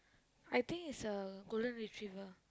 I think it's a golden retriever